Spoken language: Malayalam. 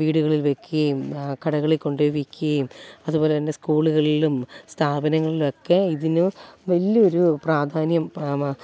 വീടുകളിൽ വെക്കേം കടകളിൽ കൊണ്ടുപോയി വിൽക്കുകയും അതുപോലെ തന്നെ സ്കൂള്കളിലും സ്ഥാപങ്ങളിലൊക്കെ ഇതിനു വലിയൊരു പ്രാധാന്യം